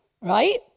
right